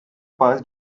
passed